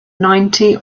ninety